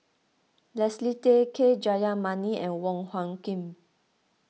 Leslie Tay K Jayamani and Wong Hung Khim